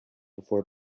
before